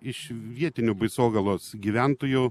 iš vietinių baisogalos gyventojų